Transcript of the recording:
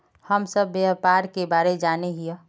हम सब व्यापार के बारे जाने हिये?